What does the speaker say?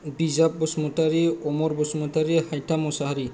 बिजाब बसुमतारि अमर बसुमतारि हाइथा मशाहारि